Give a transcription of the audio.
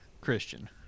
Christian